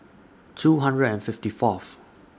two hundred and fifty Fourth